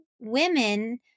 women